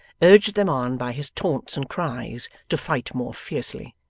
urged them on by his taunts and cries to fight more fiercely.